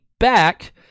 Back